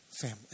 family